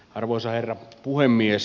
arvoisa herra puhemies